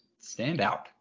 standout